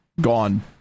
Gone